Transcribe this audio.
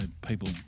people